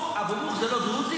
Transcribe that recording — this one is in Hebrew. --- אבו מוך זה לא דרוזי?